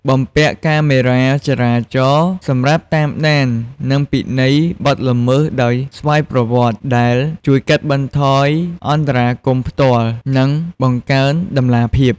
បំពាក់កាមេរ៉ាចរាចរណ៍ សម្រាប់តាមដាន និងពិន័យបទល្មើសដោយស្វ័យប្រវត្តិ ដែលជួយកាត់បន្ថយអន្តរាគមន៍ផ្ទាល់ និងបង្កើនតម្លាភាព។